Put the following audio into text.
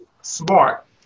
smart